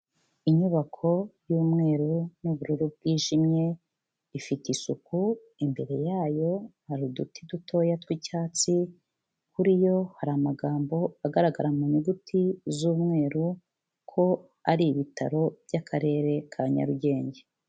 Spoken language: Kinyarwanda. Inyubako y'umweru n'ubururu bwijimye ifite isuku, imbere yayo hari uduti dutoya tw'icyatsi kuri yo hari amagambo agaragara mu nyuguti z'umweru ko ari ibitaro by'Akarere ka Nyarugenge.